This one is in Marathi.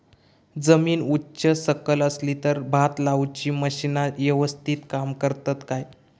जमीन उच सकल असली तर भात लाऊची मशीना यवस्तीत काम करतत काय?